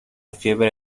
fiebre